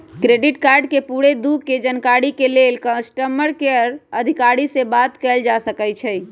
credit card के पूरे दू के जानकारी के लेल कस्टमर केयर अधिकारी से बात कयल जा सकइ छइ